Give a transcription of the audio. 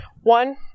One